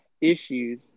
issues